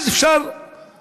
אז יהיה אפשר